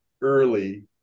early